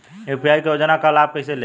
UP क योजना क लाभ कइसे लेब?